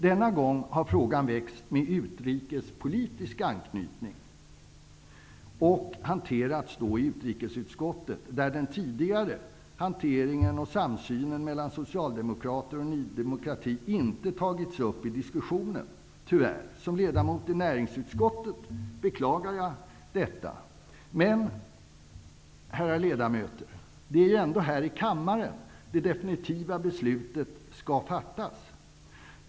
Denna gång har frågan väckts med utrikespolitisk anknytning och hanterats i utrikesutskottet, där den tidigare hanteringen och samsynen mellan Socialdemokraterna och Ny demokrati inte tagits upp i diskussionen -- tyvärr. Som ledamot i näringsutskottet beklagar jag detta. Men, herrar ledamöter, det är ju ändå här i kammaren som det definitiva beslutet skall fattas.